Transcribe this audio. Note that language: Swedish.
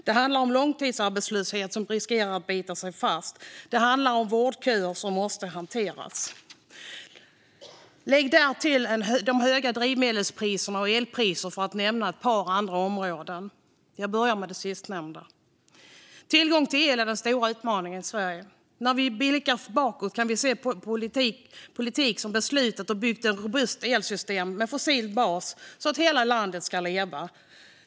Det handlar om långtidsarbetslöshet som riskerar att bita sig fast, och det handlar om vårdköer som måste hanteras. Lägg därtill de höga drivmedelspriserna och elpriserna, för att nämna ett par andra områden. Jag börjar med det sistnämnda. Tillgång till el är den stora utmaningen i Sverige. När vi blickar bakåt kan vi se politik som har beslutat om och byggt ett robust elsystem med fossil bas så att hela landet ska kunna leva.